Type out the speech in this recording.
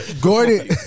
Gordon